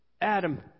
Adam